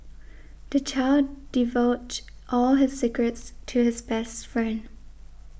the child divulged all his secrets to his best friend